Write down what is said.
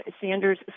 Sanders